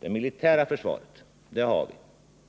Det militära försvaret har vi